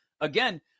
again